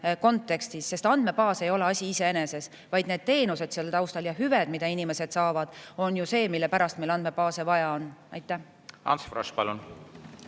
kontekstis, sest andmebaas ei ole asi iseeneses, vaid need teenused selle taustal ja hüved, mida inimesed saavad, on see, mille pärast meil andmebaase vaja on. Ants